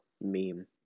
meme